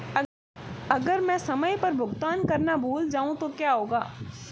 अगर मैं समय पर भुगतान करना भूल जाऊं तो क्या होगा?